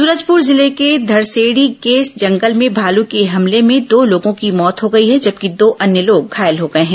सूरजपुर जिले के घड़सेड़ी के जंगल में भालू के हमले में दो लोगों की मौत हो गई है जबकि दो अन्य लोग घायल हो गए हैं